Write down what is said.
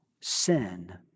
sin